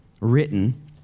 written